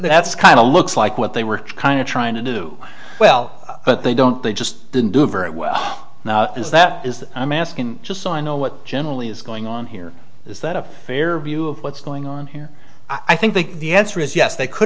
that's kind of looks like what they were kind of trying to do well but they don't they just didn't do very well is that is that i'm asking just so i know what generally is going on here is that a fair view of what's going on here i think the answer is yes they could